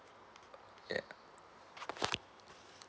ya